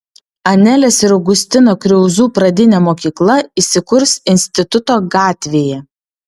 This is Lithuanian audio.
anelės ir augustino kriauzų pradinė mokykla įsikurs instituto gatvėje